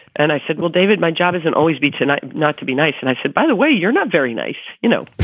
and i said, well, david, my job isn't always be tonight. not to be nice. and i said, by the way, you're not very nice, you know.